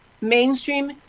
mainstream